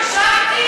הקשבתי ונדהמתי.